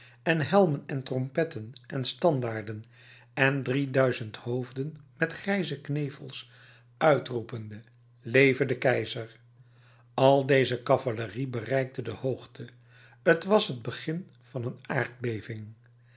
en helmen en trompetten en standaarden en drie duizend hoofden met grijze knevels uitroepende leve de keizer al deze cavalerie bereikte de hoogte t was als t begin van een aardbeving